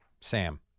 Sam